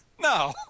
No